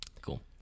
Cool